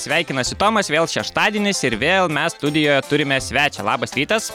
sveikinasi tomas vėl šeštadieniais ir vėl mes studijoje turime svečią labas rytas